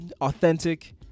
authentic